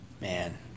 man